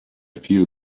feel